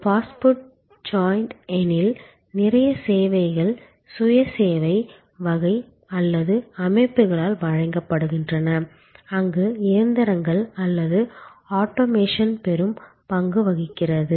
fast food joint எனில் நிறைய சேவைகள் சுய சேவை வகை அல்லது அமைப்புகளால் வழங்கப்படுகின்றன அங்கு இயந்திரங்கள் அல்லது ஆட்டோமேஷன் பெரும் பங்கு வகிக்கிறது